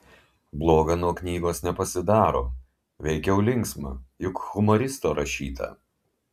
bloga nuo knygos nepasidaro veikiau linksma juk humoristo rašyta